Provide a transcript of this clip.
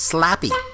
Slappy